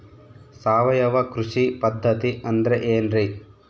ಸಾವಯವ ಕೃಷಿ ಪದ್ಧತಿ ಅಂದ್ರೆ ಏನ್ರಿ?